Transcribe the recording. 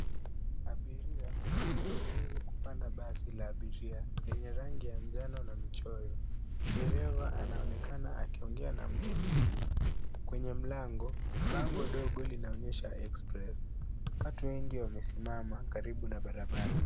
Abiria wanasubiri kupanda basi la abiria lenye rangi ya njano na michoro. Dereva anaonekana akiongea na mtu mwingine kwenye mlango. Bango ndogo linaonyesha EXPRESS . Watu wengi wamesimama karibu na barabara.